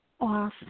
off